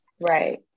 Right